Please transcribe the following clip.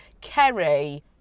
Kerry